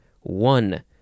one